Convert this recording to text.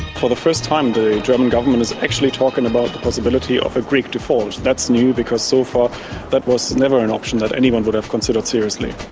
for the first time the german government is actually talking about the possibility of a greek default. that's new, because so far that was never an option that anyone would have considered seriouslyannabelle